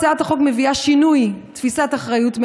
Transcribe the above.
הצעת החוק מביאה לשינוי תפיסת אחריות,